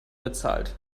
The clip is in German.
bezahlt